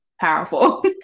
powerful